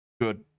good